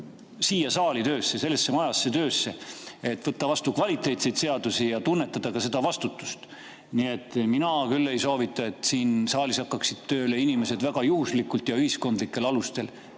selle saali tööle, selle maja tööle, et võtta vastu kvaliteetseid seadusi ja tunnetada ka seda vastutust. Nii et mina küll ei soovita, et siin saalis hakkaksid inimesed tööle väga juhuslikult ja ühiskondlikel alustel.